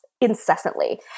incessantly